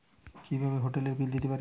কিভাবে হোটেলের বিল দিতে পারি?